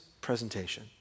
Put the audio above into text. presentation